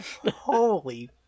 holy